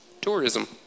tourism